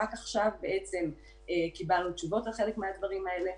רק עכשיו בעצם קיבלנו תשובות על חלק מהדברים האלה.